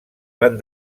van